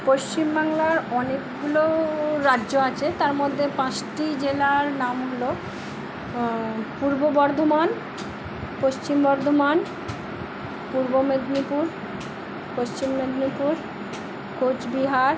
পশ্চিমবাংলার অনেকগুলো রাজ্য আছে তার মধ্যে পাঁচটি জেলার নাম হলো পূর্ব বর্ধমান পশ্চিম বর্ধমান পূর্ব মেদিনীপুর পশ্চিম মেদিনীপুর কোচবিহার